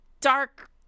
Dark